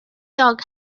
dog